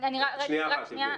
שנייה אחת, יבגני.